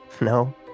No